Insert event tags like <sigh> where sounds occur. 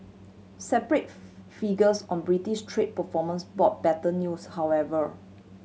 separate <unintelligible> figures on Britain's trade performance brought better news however